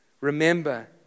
Remember